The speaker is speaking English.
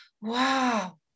wow